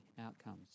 outcomes